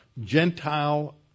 Gentile